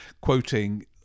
quoting